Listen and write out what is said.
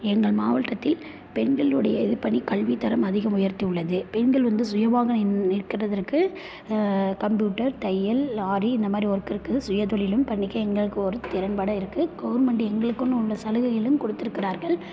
எங்கள் மாவட்டத்தில் பெண்களுடைய பணி கல்வித் தரம் அதிகம் உயர்த்தியுள்ளது பெண்கள் வந்து சுயமாக நின்று நிற்கிறதுக்கு கம்ப்யூட்டர் தையல் ஆரி இந்தமாதிரி ஒர்க் இருக்குது சுயத்தொழிலும் பண்ணிக்க எங்களுக்கு ஒரு திறம்பட இருக்குது கவர்மெண்ட் எங்களுக்குன்னு உள்ள சலுகைகளும் கொடுத்து இருக்கிறார்கள்